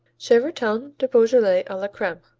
chevretons du beaujolais a la creme,